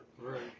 Right